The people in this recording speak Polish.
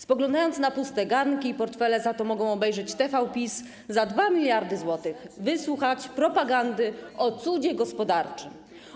Spoglądając na puste garnki i portfele, za to mogą obejrzeć TV PiS za 2 mld zł, wysłuchać propagandy o cudzie gospodarczym.